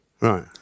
right